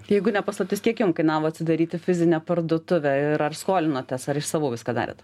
jeigu ne paslaptis kiek jum kainavo atsidaryti fizinę parduotuvę ir ar skolinotės ar iš savų viską darėt